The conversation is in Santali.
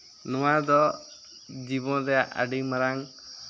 ᱱᱚᱣᱟ ᱫᱚ ᱡᱤᱵᱚᱱ ᱨᱮ ᱟᱹᱰᱤ ᱢᱟᱨᱟᱝ